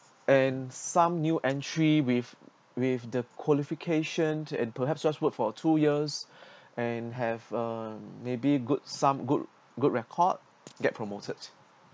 and some new entry with with the qualification and perhaps just worked for two years and have uh maybe good some good good record get promoted